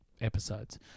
episodes